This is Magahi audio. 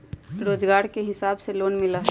रोजगार के हिसाब से लोन मिलहई?